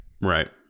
Right